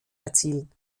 erzielen